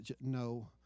no